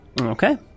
Okay